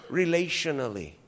relationally